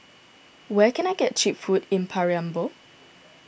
where can I get Cheap Food in Paramaribo